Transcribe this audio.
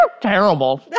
Terrible